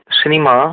cinema